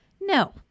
No